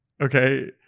okay